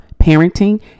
parenting